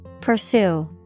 Pursue